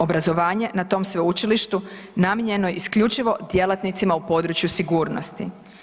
Obrazovanje na tom sveučilištu namijenjeno je isključivo djelatnicima u području sigurnosti.